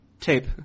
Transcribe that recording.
tape